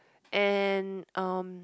and um